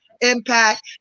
impact